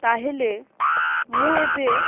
ତାହେଲେ ମୁଁ ଏବେ